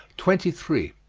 twenty three.